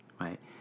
Right